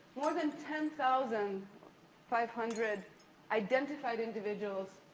more than ten thousand five hundred identified individuals.